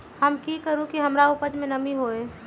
हम की करू की हमार उपज में नमी होए?